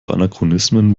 anachronismen